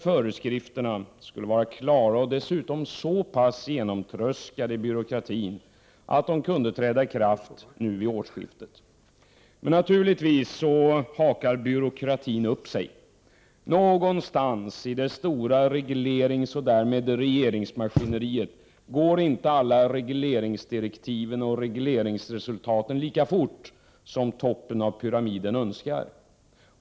Föreskrifterna skulle vara klara, och dessutom så pass genomtröskade i byråkratin, så att de kunde träda i kraft vid årsskiftet. Naturligtvis hakar byråkratin upp sig. Någonstans i det stora regleringsmaskineriet, och därmed regeringsmaskineriet, går inte alla regleringsdirektiven och regleringsresultaten lika fort som toppen av pyramiden önskar.